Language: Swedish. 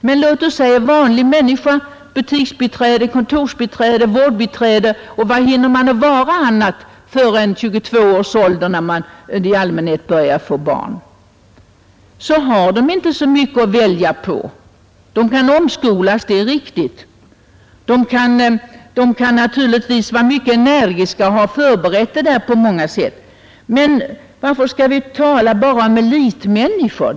Men en vanlig människa, ett butiksbiträde, kontorsbiträde, vårdbiträde — och vad annat hinner hon med att vara före 22 års ålder, när man i allmänhet börjar få barn — har inte så mycket att välja på. De kan omskolas, det är riktigt. De kan naturligtvis vara mycket energiska och ha förberett sig på olika sätt. Men varför skall vi bara tala om elitmänniskor?